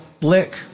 lick